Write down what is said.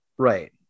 Right